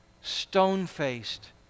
stone-faced